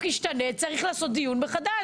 זה הנוהל, ככה צריך להיות וככה גם נהגנו כל השנה.